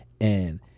and-